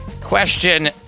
Question